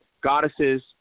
Goddesses